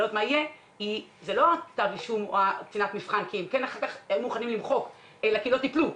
לא רק כתב האישום או קצין המבחן, אלא כי לא טיפלו.